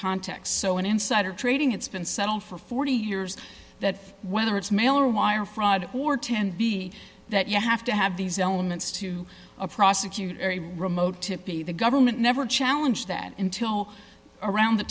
contexts so an insider trading it's been settled for forty years that whether it's mail or wire fraud or ten b that you have to have these elements to prosecute remote tippi the government never challenge that until around the